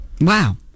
Wow